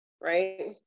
right